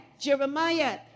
Jeremiah